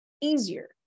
easier